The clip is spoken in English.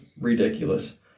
ridiculous